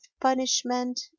punishment